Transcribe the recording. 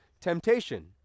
temptation